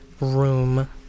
room